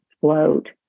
float